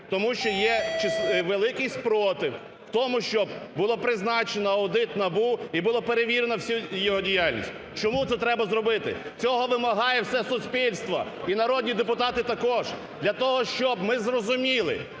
Тому що є великий спротив в тому, щоб було призначено аудит НАБУ, і було перевірено всю його діяльність? Чому це треба зробити? Цього вимагає все суспільство і народні депутати також. Для того, щоб ми зрозуміли,